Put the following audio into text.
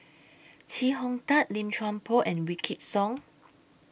Chee Hong Tat Lim Chuan Poh and Wykidd Song